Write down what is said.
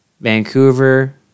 Vancouver